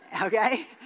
okay